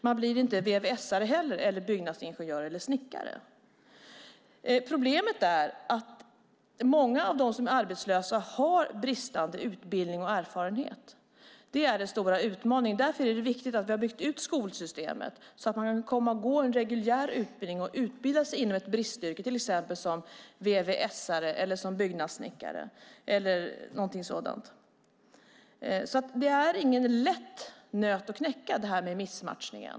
Man blir inte VVS:are, byggnadsingenjör eller snickare heller. Problemet är att många av dem som är arbetslösa har bristande utbildning och erfarenhet. Det är den stora utmaningen. Därför är det viktigt att vi har byggt ut skolsystemet så att man kan gå en reguljär utbildning och utbilda sig inom ett bristyrke, till exempel till VVS:are eller byggnadssnickare. Missmatchningen är ingen lätt nöt att knäcka.